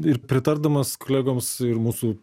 ir pritardamas kolegoms ir mūsų